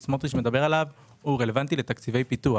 סמוטריץ' מדבר עליו הוא רלוונטי לתקציבי פיתוח,